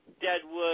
Deadwood